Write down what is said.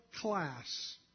class